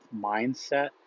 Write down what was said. mindset